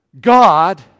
God